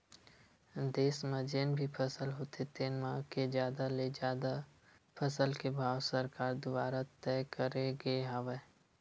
देस म जेन भी फसल होथे तेन म के जादा ले जादा फसल के भाव सरकार दुवारा तय करे गे हवय